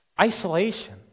Isolation